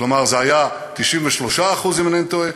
כלומר, זה היה 93%, אם אינני טועה,